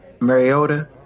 Mariota